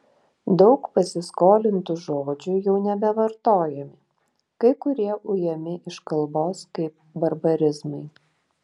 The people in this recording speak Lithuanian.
daug pasiskolintų žodžių jau nebevartojami kai kurie ujami iš kalbos kaip barbarizmai